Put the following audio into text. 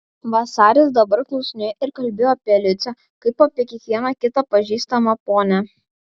vasaris dabar klausinėjo ir kalbėjo apie liucę kaip apie kiekvieną kitą pažįstamą ponią